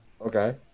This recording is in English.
Okay